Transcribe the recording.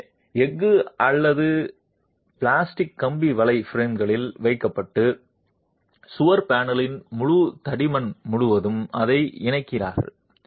எனவே எஃகு அல்லது பிளாஸ்டிக் கம்பி வலை பிளாஸ்டரில் வைக்கப்பட்டு சுவர் பேனலின் முழு தடிமன் முழுவதும் அதை இணைக்கிறீர்கள்